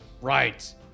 Right